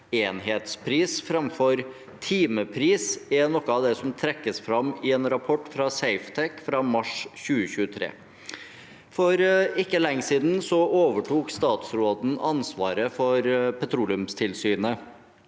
enhetspris framfor timepris, er noe av det som trekkes fram i en rapport fra Safetec fra mars 2023. For ikke lenge siden overtok statsråden ansvaret for Petroleumstilsynet.